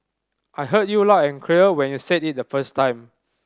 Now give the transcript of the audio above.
I heard you loud and clear when you said it the first time